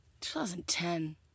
2010